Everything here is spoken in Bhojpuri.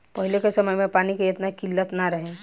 पहिले के समय में पानी के एतना किल्लत ना रहे